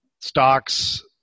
stocks